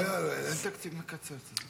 איזה תקציב מקצץ?